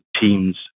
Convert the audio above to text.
teams